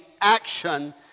action